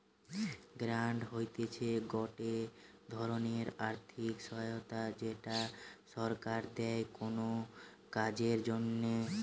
grant হতিছে গটে ধরণের আর্থিক সহায়তা যেটা সরকার দেয় কোনো কাজের জন্যে